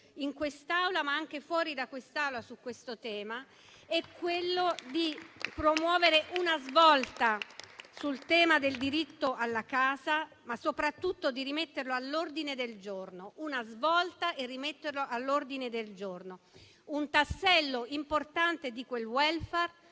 in quest'Aula, ma anche fuori da quest'Aula su questo tema, è quello di promuovere una svolta sul tema del diritto alla casa, ma soprattutto di rimetterlo all'ordine del giorno. Una svolta e rimetterlo all'ordine del giorno. Si tratta di un tassello importante di quel *welfare*